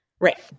Right